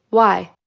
why?